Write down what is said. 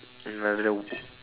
in another w~